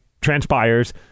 transpires